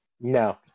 No